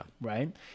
right